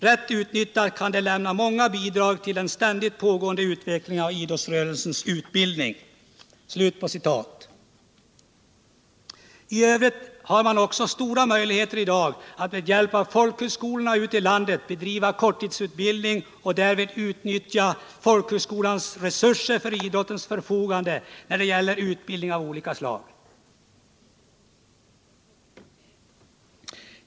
Rätt utnyttjade kan de lämna många bidrag till den ständigt pågående utvecklingen av idrottsrörelsens utbildning.” I övrigt har man i dag också stora möjligheter att med hjälp av folkhögskolorna ute i landet bedriva korttidsutbildning och därvid utnyttja folkhögskolans resurser för idrottens del när det gäller utbildning av olika slag.